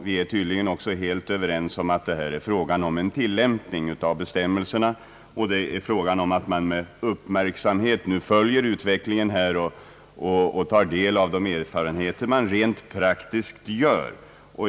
Vi är tydligen också helt överens om att det är fråga om en tillämpning av bestämmelserna och att det är fråga om att med uppmärksamhet följa utvecklingen och ta del av de rent praktiska erfarenheterna.